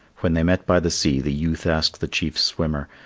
when they met by the sea the youth asked the chief's swimmer,